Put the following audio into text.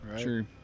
True